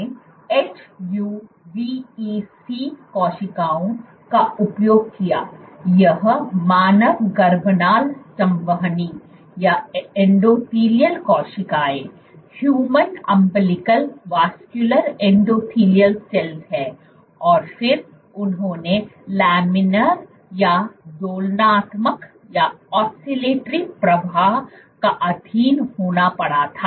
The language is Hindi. उन्होंने HUVEC कोशिकाओं का उपयोग किया यह मानव गर्भनाल संवहनी endothelial कोशिकाओं है और फिर उन्हें लैमिनार या दोलनात्मक प्रवाह का अधीन होना पडा था